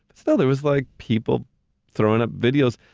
still, there was like people throwing up videos,